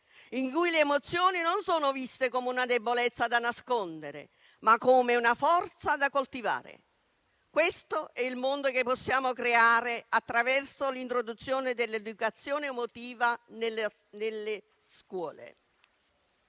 in cui le emozioni non sono viste come una debolezza da nascondere, ma come una forza da coltivare. Questo è il mondo che possiamo creare attraverso l'introduzione dell'educazione emotiva nelle scuole.